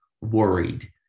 worried